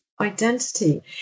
identity